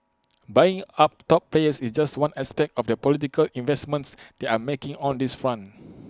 buying up top players is just one aspect of the political investments they are making on this front